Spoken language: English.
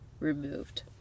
removed